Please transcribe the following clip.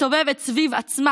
מסתובבת סביב עצמה,